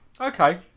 Okay